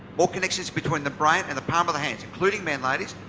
more connections between the brain and the palm of the hands. including men, ladies,